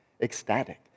ecstatic